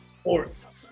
sports